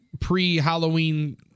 pre-Halloween